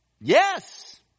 Yes